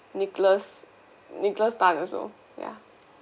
nicholas nicholas tan also ya